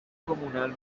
comunal